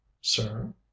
sir